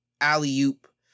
alley-oop